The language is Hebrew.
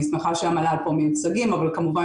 אני שמחה שהמל"ל פה מיוצגים אבל כמובן